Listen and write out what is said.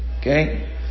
Okay